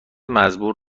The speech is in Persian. مزبور